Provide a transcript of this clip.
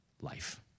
life